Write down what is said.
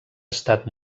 estat